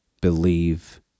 believe